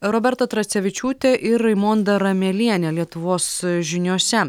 roberta tracevičiūtė ir raimonda ramelienė lietuvos žiniose